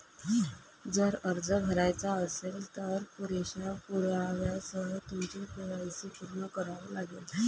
जर अर्ज भरायचा असेल, तर पुरेशा पुराव्यासह तुमचे के.वाय.सी पूर्ण करावे लागेल